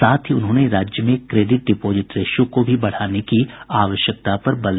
साथ ही उन्होंने राज्य में क्रेडिट डिपोजिट रेश्यो को बढ़ाने की आवश्यकता जतायी